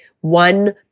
one